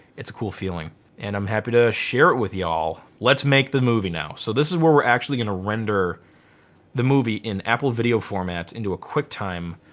it's a cool feeling and i'm happy to share it with y'all. let's make the movie now. so this is where we're actually gonna render the movie in apple video format into a quicktime.